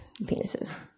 Penises